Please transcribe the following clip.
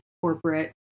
corporate